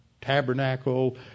tabernacle